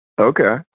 Okay